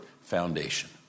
foundation